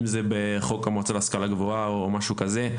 אם זה בחוק המועצה להשכלה גבוהה, או משהו כזה.